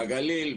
בגליל,